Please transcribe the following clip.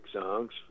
songs